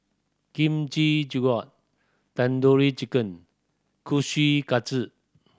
Kimchi Jjigae Tandoori Chicken